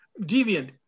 Deviant